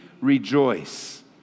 rejoice